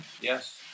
yes